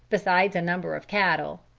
besides a number of cattle.